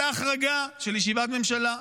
הייתה ההחרגה של ישיבת ממשלה,